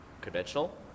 conventional